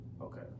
Okay